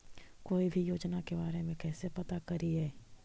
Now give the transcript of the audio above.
कोई भी योजना के बारे में कैसे पता करिए?